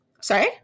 sorry